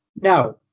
Now